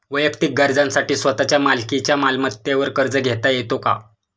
वैयक्तिक गरजांसाठी स्वतःच्या मालकीच्या मालमत्तेवर कर्ज घेता येतो का?